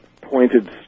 pointed